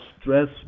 stress